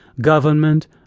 government